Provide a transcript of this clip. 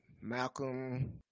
Malcolm